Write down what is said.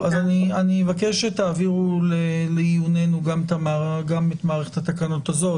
אני מבקש שתעבירו לעיוננו גם את מערכת התקנות הזו.